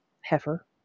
Heifer